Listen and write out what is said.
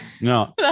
no